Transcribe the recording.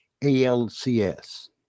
ALCS